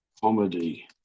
comedy